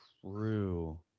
true